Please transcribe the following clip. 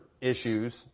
issues